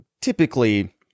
typically